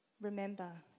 Remember